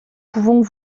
pouvons